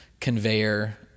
conveyor